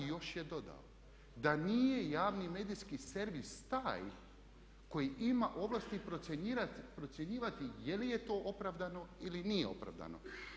I još je dodao da nije javni medijski servis taj koji ima ovlasti procjenjivati je li to opravdano ili nije opravdano.